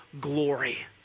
glory